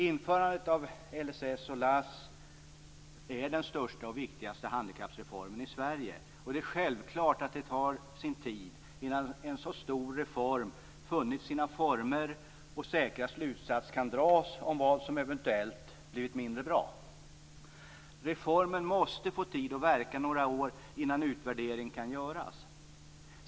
Införandet av LSS och LASS är den största och viktigaste handikappreformen i Sverige, och det är självklart att det tar sin tid innan en så stor reform funnit sina former och säkra slutsatser kan dras om vad som eventuellt har blivit mindre bra. Reformen måste få tid att verka några år innan en utvärdering kan göras.